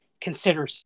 consider